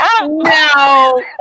no